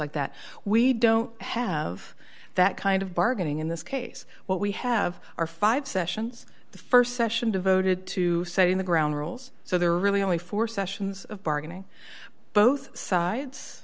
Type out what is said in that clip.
like that we don't have that kind of bargaining in this case what we have are five sessions the st session devoted to setting the ground rules so there are really only four sessions of bargaining both